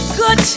good